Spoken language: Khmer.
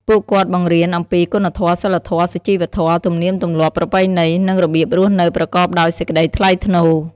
ពួកគាត់បង្រៀនអំពី គុណធម៌ សីលធម៌ សុជីវធម៌ ទំនៀមទម្លាប់ ប្រពៃណី និងរបៀបរស់នៅប្រកបដោយសេចក្តីថ្លៃថ្នូរ។